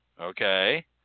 Okay